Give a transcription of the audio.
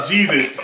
Jesus